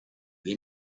dei